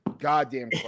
goddamn